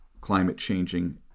climate-changing